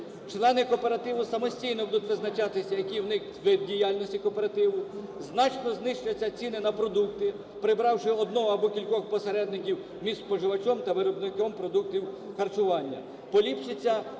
Члени кооперативу самостійно будуть визначатися, який в них вид діяльності кооперативу, значно знизяться ціни на продукти, прибравши одного або кількох посередників між споживачем та виробником продуктів харчування.